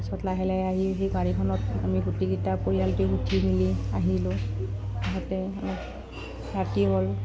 তাৰপিছত লাহে লাহে আহি সেই গাড়ীখনত আমি গোটেইকেইটা পৰিয়ালটোৱে